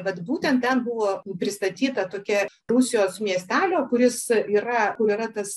vat būtent ten buvo pristatyta tokia rūsijos miestelio kuris yra kur yra tas